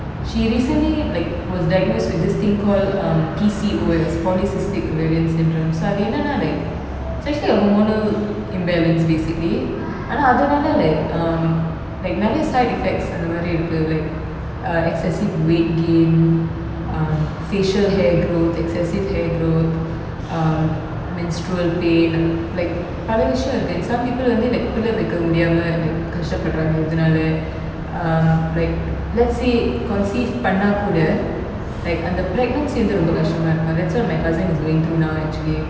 she recently like was diagnosed with this thing call um P_C_O as polycystic ovarian syndrome அதுஎன்னனா:adhu ennana like it's actually a hormonal imbalance basically ஆனாஅதுனால:aana adhunala like um like நெறய:niraya side effects அந்தமாதிரிஇருக்கு:antha mathiri iruku like err excessive weight gain um facial hair growth excessive hair growth um menstrual pain like பலவிஷயம்இருக்கு:pala visham iruku some people வந்துபிள்ளைபெக்கமுடியாம:vanthu pillai pekka mudiyama like கஷ்டப்படறாங்கஇதனால like um like let's say conceive பண்ணாகூட:panna kooda like அந்த:antha pregnancy வந்துரொம்பகஷ்டமாஇருக்கும்:vanthu romba kastama irukum but that's what my cousin is going through now actually